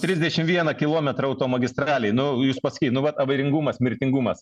trisdešimt vieną kilometrą automagistralėj nu jūs pasakykiti nu vat avaringumas mirtingumas